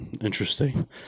Interesting